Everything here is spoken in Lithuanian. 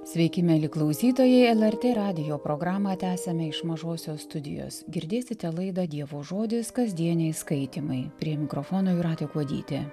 sveiki mieli klausytojai lrt radijo programą tęsiame iš mažosios studijos girdėsite laidą dievo žodis kasdieniai skaitymai prie mikrofono jūratė kuodytė